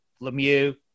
lemieux